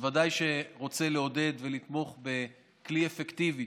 בוודאי רוצה לעודד ולתמוך בכלי אפקטיבי,